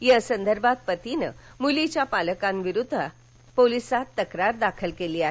या संदर्भात पतीने मुलीच्या पालकांविरोधात पोलिसात तक्रार दाखल केली आहे